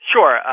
Sure